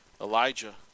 Elijah